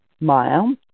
mile